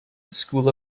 school